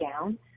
down